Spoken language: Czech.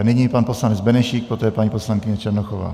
Nyní pan poslanec Benešík, poté paní poslankyně Černochová.